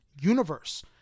universe